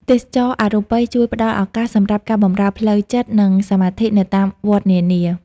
ទេសចរណ៍អរូបីជួយផ្ដល់ឱកាសសម្រាប់ការបម្រើផ្លូវចិត្ត និងសមាធិនៅតាមវត្តនានា។